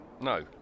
No